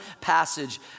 passage